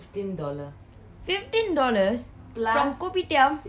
fifteen dollars from kopitiam